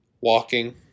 Walking